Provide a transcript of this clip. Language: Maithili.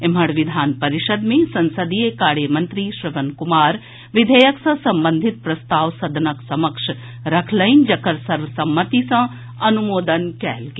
एम्हर विधान परिषद मे संसदीय कार्य मंत्री श्रवण कुमार विधेयक सँ संबंधित प्रस्ताव सदनक समक्ष रखलनि जकर सर्वसम्मति सँ अनुमोदन कयल गेल